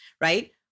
right